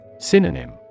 Synonym